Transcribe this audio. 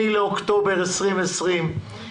ה-28 באוקטובר 2020,